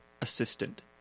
assistant